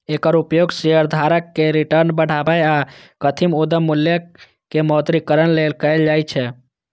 एकर उपयोग शेयरधारक के रिटर्न बढ़ाबै आ कथित उद्यम मूल्य के मौद्रीकरण लेल कैल जाइ छै